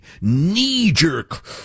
knee-jerk